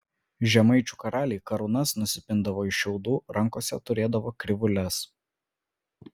žemaičių karaliai karūnas nusipindavo iš šiaudų rankose turėdavo krivūles